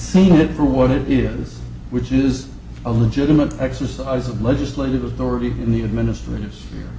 seen it for what it is which is a legitimate exercise of legislative authority in the administrators